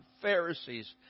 Pharisees